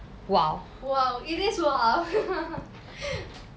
!wow! it is !wow!